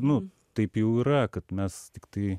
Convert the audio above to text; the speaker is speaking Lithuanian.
nu taip jau yra kad mes tiktai